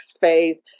phase